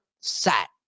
sat